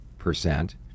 percent